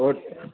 होर